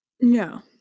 No